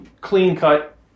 clean-cut